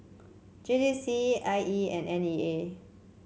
J J C I E and N E A